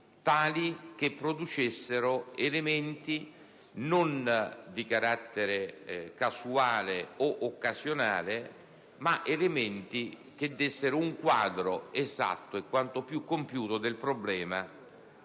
tali che producessero non elementi di carattere casuale o occasionale, ma elementi capaci di fornire un quadro esatto e quanto più compiuto del problema